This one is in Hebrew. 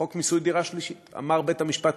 בחוק מיסוי דירה שלישית אמר בית-המשפט